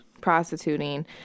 prostituting